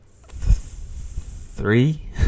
three